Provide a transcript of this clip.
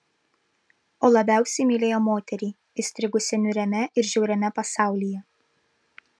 o labiausiai mylėjo moterį įstrigusią niūriame ir žiauriame pasaulyje